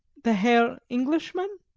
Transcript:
the herr englishman?